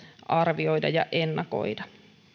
arvioida ja ennakoida